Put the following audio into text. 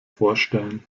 vorstellen